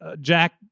Jack